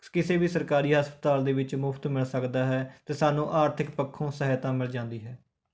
ਕਿਸੇ ਵੀ ਸਰਕਾਰੀ ਹਸਪਤਾਲ ਦੇ ਵਿੱਚ ਮੁਫ਼ਤ ਮਿਲ ਸਕਦਾ ਹੈ ਅਤੇ ਸਾਨੂੰ ਆਰਥਿਕ ਪੱਖੋਂ ਸਹਾਇਤਾ ਮਿਲ ਜਾਂਦੀ ਹੈ